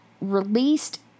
released